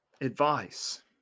advice